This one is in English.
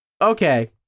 Okay